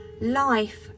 life